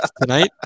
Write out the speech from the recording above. tonight